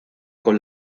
con